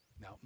Now